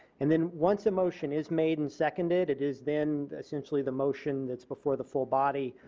and then once a motion is made and seconded it is then essentially the motion that is before the full body.